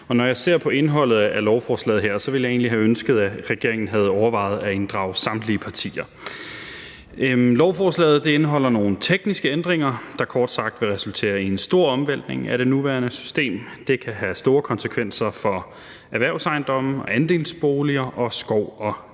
når jeg ser på indholdet af lovforslaget her, ville jeg egentlig have ønsket, at regeringen havde overvejet at inddrage samtlige partier. Lovforslaget indeholder nogle tekniske ændringer, der kort sagt vil resultere i en stor omvæltning af det nuværende system. Det kan have store konsekvenser for erhvervsejendomme og andelsboliger og skov og